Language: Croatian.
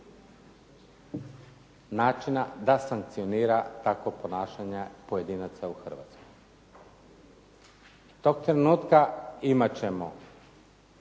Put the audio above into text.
načina da sankcionira takvo ponašanje pojedinaca u Hrvatskoj. Tog trenutka imat ćemo